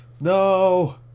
no